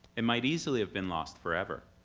it might easily have been lost forever.